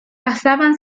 pasaban